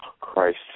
Christ